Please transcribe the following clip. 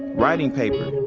writing paper,